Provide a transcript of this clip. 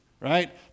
right